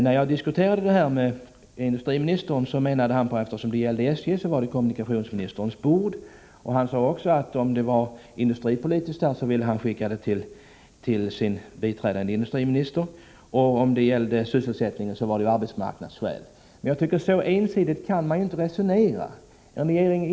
När jag diskuterade detta med industriministern sade han att frågan gällde SJ och att den därför borde ligga på kommunikationsministerns bord. Han sade också att om det var fråga om industripolitiska bedömningar, ville han skicka frågan till sin biträdande industriminister, och om frågan gällde sysselsättningen, då var det en arbetsmarknadsfråga. Men jag tycker inte att man kan resonera så ensidigt.